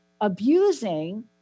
abusing